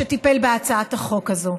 שטיפל בהצעת החוק הזאת,